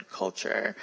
culture